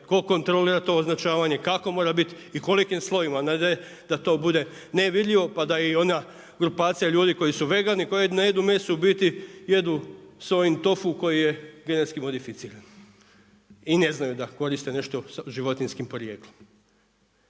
tko kontrolira to označavanje, kako mora biti i kolikim slovima a ne da to bude nevidljivo pa da i ona grupacija ljudi koji su vegani koji ne jedu meso u biti jedu sojin tofu koji je GMO. I ne znaju da koriste nešto s životinjskim porijeklom.